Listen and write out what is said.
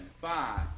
Five